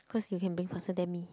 cause you can bring faster than me